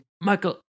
Michael